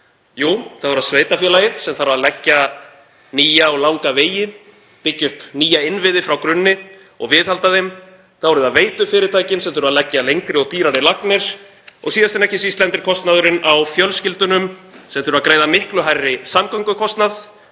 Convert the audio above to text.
Jú, það er sveitarfélagið sem þarf að leggja nýja og langa vegi, byggja upp nýja innviði frá grunni og viðhalda þeim. Þá eru það veitufyrirtækin sem þurfa að leggja lengri og dýrari lagnir og síðast en ekki síst lendir kostnaðurinn á fjölskyldunum sem þurfa að greiða miklu hærri samgöngukostnað,